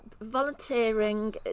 volunteering